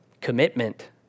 commitment